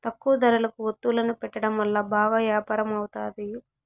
తక్కువ ధరలకు వత్తువులను పెట్టడం వల్ల బాగా యాపారం అవుతాది